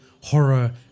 horror